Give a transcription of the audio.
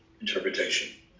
interpretation